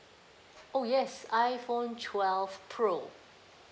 oh yes iPhone twelve pro